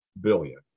billion